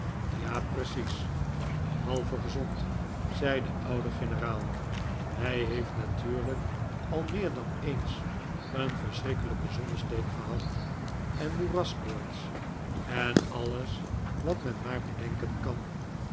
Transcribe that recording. ja precies behalve gezond zei de oude generaal hij heeft natuurlijk al meer dan eens een verschrikkelijken zonnesteek gehad en moeraskoorts en alles wat men maar bedenken kan